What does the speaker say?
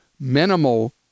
minimal